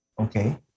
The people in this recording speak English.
Okay